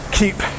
keep